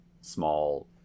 small